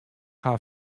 har